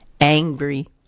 Angry